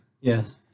Yes